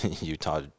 Utah